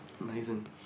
Amazing